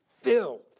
filled